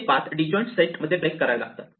ते पाथ दोन disjoint set मध्ये ब्रेक करावे लागतात